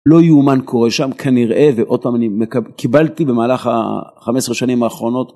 לא יאומן קורה שם כנראה ועוד פעם קיבלתי במהלך החמש עשרה שנים האחרונות.